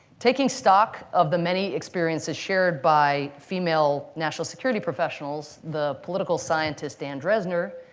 taking stock of the many experiences shared by female national security professionals, the political scientist, dan drezner,